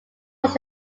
was